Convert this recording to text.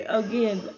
again